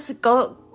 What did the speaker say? go